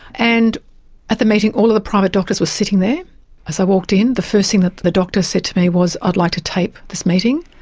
and at the meeting all of the private doctors were sitting there as i walked in. the first thing that the doctor said to me was, i'd like to tape this meeting.